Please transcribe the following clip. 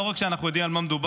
לא רק שאנחנו יודעים על מה מדובר,